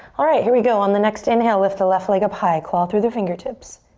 alright, here we go. on the next inhale, lift the left leg up high. claw through the fingertips.